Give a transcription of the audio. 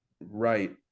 Right